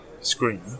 screen